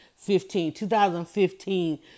2015